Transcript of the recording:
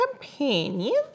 companions